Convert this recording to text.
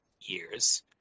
years